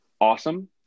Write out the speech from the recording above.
Awesome